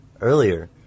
Earlier